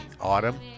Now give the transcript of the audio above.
autumn